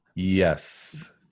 yes